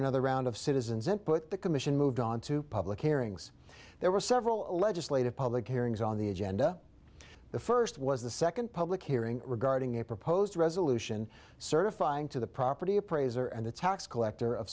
another round of citizens input the commission moved on to public hearings there were several legislative public hearings on the agenda the first was the second public hearing regarding a proposed resolution certifying to the property appraiser and the tax collector of